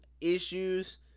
issues